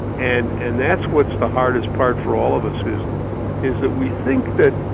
and and that's what's the hardest part for all of us is is that we think that.